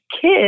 kid